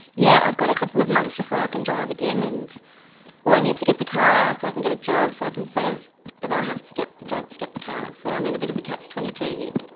yeah, i've got a couple of months before i can drive again, and well i need to get the car so i can get a job, so i can save but i have to get the job to get the car so i'm in a bit of a catch twenty two here.